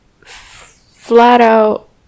flat-out